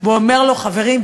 ואומר לו: חברים,